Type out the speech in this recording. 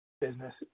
business